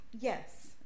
Yes